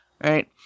right